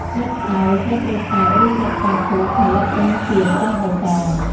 ស្លឹកតើយ ស្លឹកក្រូចសើចឬស្លឹកផ្កាឈូក ផលិតចេញជាពណ៌បៃតង។